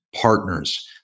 partners